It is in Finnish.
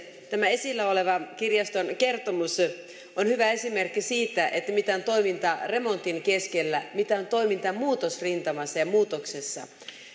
tämä esillä oleva kirjaston kertomus on hyvä esimerkki siitä mitä on toiminta remontin keskellä mitä on toiminta muutosrintamassa ja muutoksessa